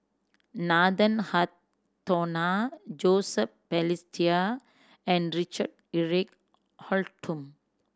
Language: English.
Nathan Hartono Joseph Balestier and Richard Eric Holttum